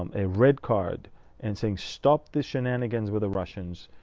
um a red card and saying, stop the shenanigans with the russians.